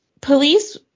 Police